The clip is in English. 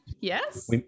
Yes